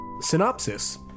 Synopsis